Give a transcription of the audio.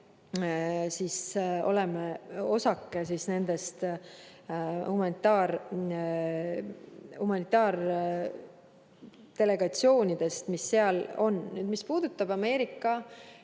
Meie oleme osake nendest humanitaardelegatsioonidest, mis seal on. Mis puudutab Ameerika